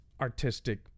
artistic